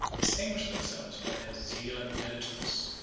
distinguished themselves by their zeal and diligence.